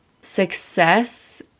success